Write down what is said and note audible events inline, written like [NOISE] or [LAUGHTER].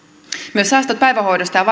myös säästöt päivähoidosta ja [UNINTELLIGIBLE]